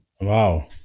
Wow